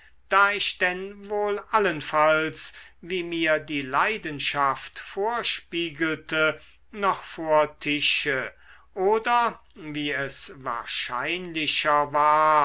da ich denn wohl allenfalls wie mir die leidenschaft vorspiegelte noch vor tische oder wie es wahrscheinlicher war